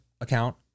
account